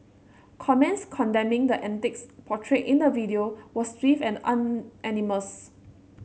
comments condemning the antics portrayed in the video were swift and unanimous